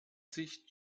sich